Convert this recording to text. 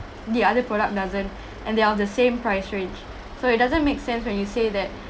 the other product doesn't and they are of the same price range so it doesn't make sense when you say that